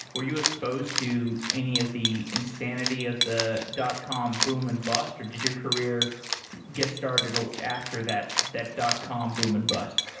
were you exposed to any of the insanity of the dot com boom and bust, or did your career get started a after that that dot com boom and bust?